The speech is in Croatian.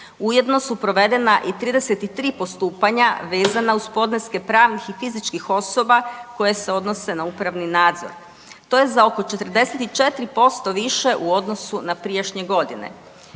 Ujedno su provedena i 33 postupanja vezana uz podneske pravnih i fizičkih osoba koje se odnose na upravni nadzor. To je za oko 44% više u odnosu na prijašnje godine.